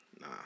nah